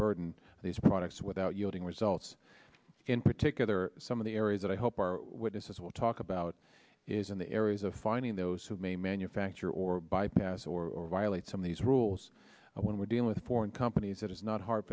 burden of these products without yielding results in particular some of the areas that i hope our witnesses will talk about is in the areas of finding those who may manufacture or bypass or violate some of these rules when we're dealing with foreign companies that it's not hard